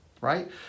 right